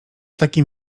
takim